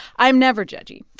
i'm never judgy.